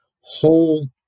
whole